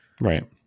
Right